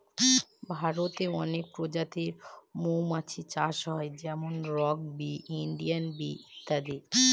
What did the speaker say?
ভারতে অনেক প্রজাতির মৌমাছি চাষ হয় যেমন রক বি, ইন্ডিয়ান বি ইত্যাদি